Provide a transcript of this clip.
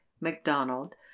McDonald